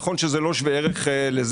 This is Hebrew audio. נכון שזה לא שווה ערך לזה,